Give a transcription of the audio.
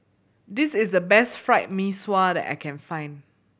this is the best Fried Mee Sua that I can find